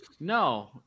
No